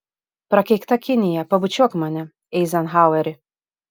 prakeikta kinija pabučiuok mane eizenhaueri